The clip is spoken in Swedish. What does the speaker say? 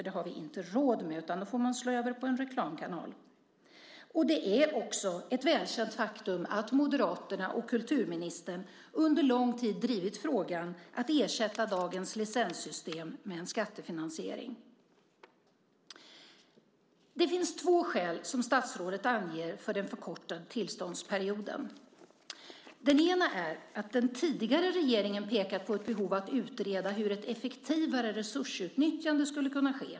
Det har vi inte råd med. Då får man slå över till en reklamkanal. Det är ett välkänt faktum att Moderaterna och kulturministern under lång tid drivit frågan att ersätta dagens licenssystem med en skattefinansiering. Statsrådet anger två skäl för den förkortade tillståndsperioden. Det ena är att den tidigare regeringen pekat på ett behov av att utreda hur ett effektivare resursutnyttjande skulle kunna ske.